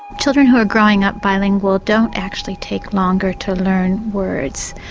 children who are growing up bilingual don't actually take longer to learn words.